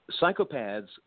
psychopaths